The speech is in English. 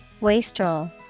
Wastrel